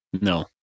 No